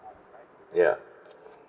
ya